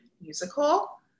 musical